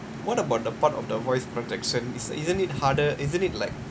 what about the part of the voice projection is isn't it harder isn't it like